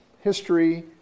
history